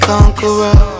Conqueror